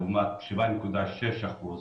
לעומת 7.6%